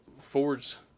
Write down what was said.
Ford's